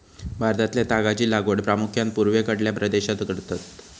भारतातल्या तागाची लागवड प्रामुख्यान पूर्वेकडल्या प्रदेशात करतत